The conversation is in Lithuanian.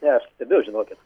ne aš stebiu žinokit